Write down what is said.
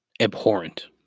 abhorrent